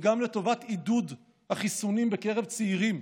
וגם לטובת עידוד החיסונים בקרב צעירים,